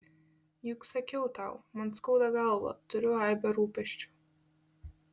juk sakiau tau man skauda galvą turiu aibę rūpesčių